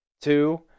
Two